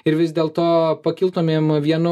ir vis dėl to pakiltumėm vienu